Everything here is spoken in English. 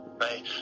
right